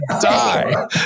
die